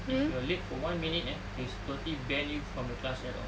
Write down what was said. if you're late for one minute eh they totally banned you from the class at all